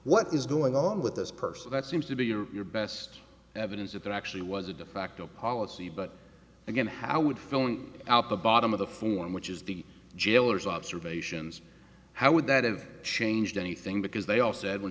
what is going on with this person that seems to be your best evidence that there actually was a de facto policy but again how would filling out the bottom of the form which is the jailers observations how would that have changed anything because they all said when